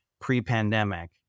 pre-pandemic